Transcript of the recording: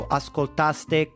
ascoltaste